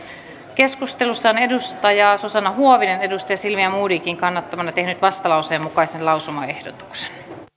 keskustelussa on susanna huovinen silvia modigin kannattamana tehnyt vastalauseen mukaisen lausumaehdotuksen